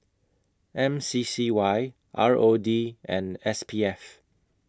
M C C Y R O D and S P F